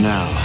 Now